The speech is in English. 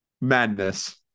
madness